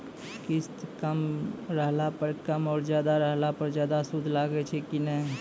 किस्त कम रहला पर कम और ज्यादा रहला पर ज्यादा सूद लागै छै कि नैय?